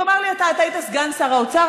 תאמר לי אתה: אתה היית סגן שר האוצר,